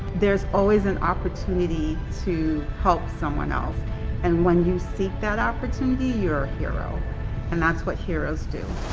there's always an opportunity to help someone else and when you seek that opportunity you're a hero and that's what heroes do.